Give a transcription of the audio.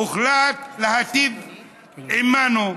הוחלט להטיב עימנו.